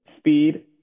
speed